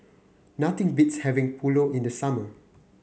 nothing beats having Pulao in the summer